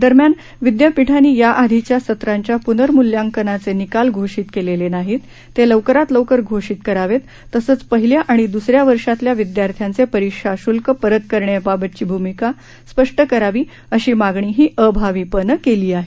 दरम्यान विदयापीठांनी याआधीच्या सत्रांच्या पुनर्मूल्यांकनाचे निकाल घोषित केलेले नाहीत ते लवकरात लवकर घोषित करावेत तसंच पहिल्या आणि द्रसऱ्या वर्षातल्या विदयार्थ्यांचे परीक्षा श्ल्क परत करण्याबाबतची भूमिका स्पष्ट करावी अशी मागणीही अभाविपनं केली आहे